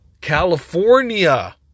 California